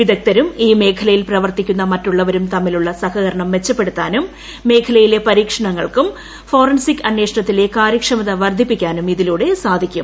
വിദഗ്ധരും ഈ മേഖലയിൽ പ്രവർത്തിക്കുന്ന മറ്റുള്ളവരും തമ്മിലുള്ള സഹകരണം മെച്ചപ്പെടുത്താനും മേഖലയിലെ പരീക്ഷണങ്ങൾക്കും ഫോറൻസിക്ക് അന്വേഷണത്തിലെ കാര്യക്ഷമത വർദ്ധിപ്പിക്കാനും ഇതിലൂടെ സാധിക്കും